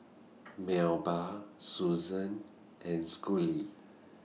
Melba Susan and Schley